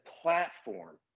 platform